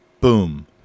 Boom